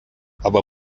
aber